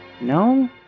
No